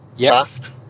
fast